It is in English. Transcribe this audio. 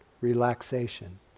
relaxation